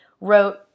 wrote